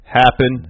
happen